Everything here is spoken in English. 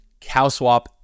CowSwap